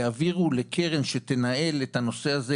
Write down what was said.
יעבירו לקרן שתנהל את הנושא הזה,